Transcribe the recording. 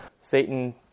Satan